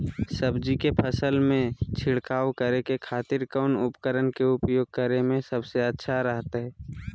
सब्जी के फसल में छिड़काव करे के खातिर कौन उपकरण के उपयोग करें में सबसे अच्छा रहतय?